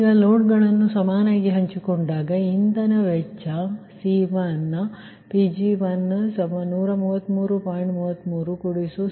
ಈಗ ಲೋಡ್ಗಳನ್ನು ಸಮಾನವಾಗಿ ಹಂಚಿಕೊಂಡಾಗ ಇಂಧನ ವೆಚ್ಚ fuel cost C1Pg1133